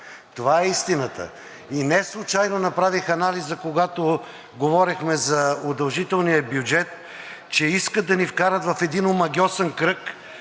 Това е истината. Неслучайно направих анализ, когато говорихме за удължителния бюджет, че искат да ни вкарат в един омагьосан кръг